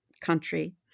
country